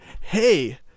hey